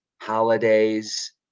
holidays